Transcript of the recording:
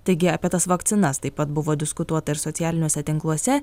taigi apie tas vakcinas taip pat buvo diskutuota ir socialiniuose tinkluose